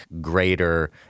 greater